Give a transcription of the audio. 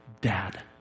dad